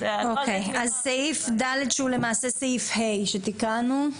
אז סעיף (ד) שהוא למעשה סעיף (ה) שתיקנו,